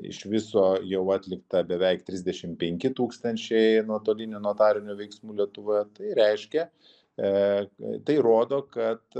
iš viso jau atlikta beveik trisdešimt penki tūkstančiai nuotolinių notarinių veiksmų lietuvoje tai reiškia tai rodo kad